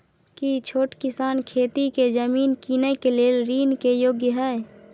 की छोट किसान खेती के जमीन कीनय के लेल ऋण के योग्य हय?